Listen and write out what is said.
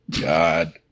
god